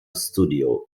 studio